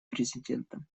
президентом